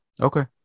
Okay